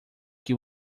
que